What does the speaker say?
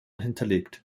hinterlegt